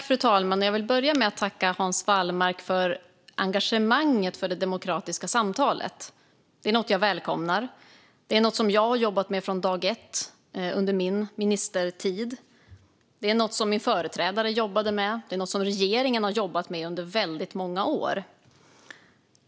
Fru talman! Jag vill börja med att tacka Hans Wallmark för engagemanget för det demokratiska samtalet. Det är något jag välkomnar. Det är något som jag har jobbat med från dag ett under min ministertid. Det är något som min företrädare jobbade med. Det är något som regeringen har jobbat med under väldigt många år.